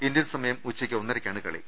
Indian സമയം ഉച്ചക്ക് ഒന്നരയ്ക്കാണ് കളി